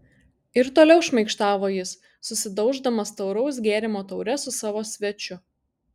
ir toliau šmaikštavo jis susidauždamas tauraus gėrimo taure su savo svečiu